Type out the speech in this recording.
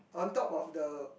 on top of the